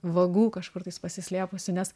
vagų kažkur tais pasislėpusių nes